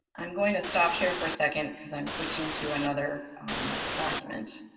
i'm going to stop share for a second because i'm switching to another document.